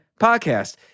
podcast